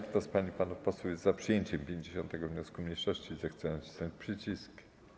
Kto z pań i panów posłów jest za przyjęciem 50. wniosku mniejszości, zechce nacisnąć przycisk.